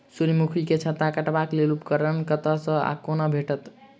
सूर्यमुखी केँ छत्ता काटबाक लेल उपकरण कतह सऽ आ कोना भेटत?